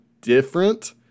different